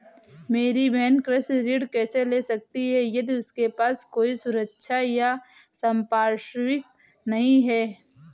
मेरी बहिन कृषि ऋण कैसे ले सकती है यदि उसके पास कोई सुरक्षा या संपार्श्विक नहीं है?